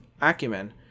acumen